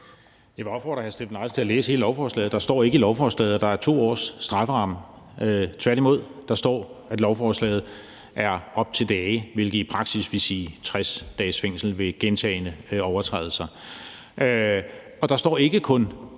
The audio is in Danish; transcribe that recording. Jeg vil opfordre hr. Steffen Larsen til at læse hele lovforslaget. Der står ikke i lovforslaget, at der er 2 års strafferamme, tværtimod. Der står, at det skal regnes i dage, hvilket i praksis vil sige 60 dages fængsel ved gentagne overtrædelser, og står ikke kun